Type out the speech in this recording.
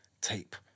tape